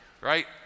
right